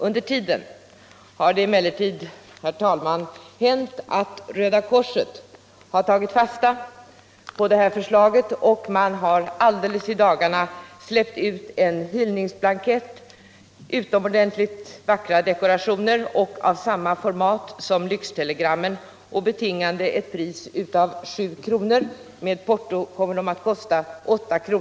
Under tiden sedan motionen väckts har emellertid, herr talman, Röda korset tagit fasta på det här förslaget och alldeles i dagarna släppt ut en hyllningsblankett med utomordentligt vackra dekorationer, i samma format som lyxtelegrammen och betingande ett pris av 7 kr. Med porto kommer blanketten att kosta 8 kr.